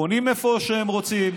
קונים איפה שהם רוצים,